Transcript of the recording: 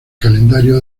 calendario